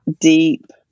deep